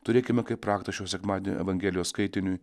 turėkime kaip raktus šio sekmadienio evangelijos skaitiniui